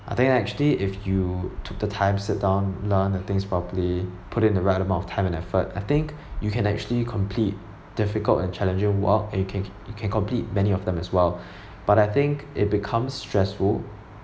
I think actually if you took the time sit down learn the things properly put in the right amount of time and effort I think you can actually complete difficult and challenging work and you can you can complete many of them as well but I think it becomes stressful